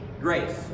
grace